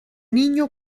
niño